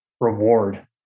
reward